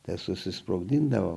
tas susisprogdindavo